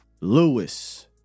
Lewis